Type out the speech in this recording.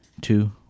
two